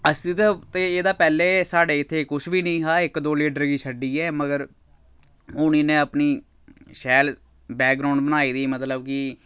अस्सी ते एह्दा पैह्ले साढ़े इत्थै कुछ बी निं हा इक दो लीडर गी छड्डियै मगर हून इ'नें अपनी शैल बैकग्राउंड बनाई दी मतलब कि